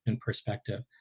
perspective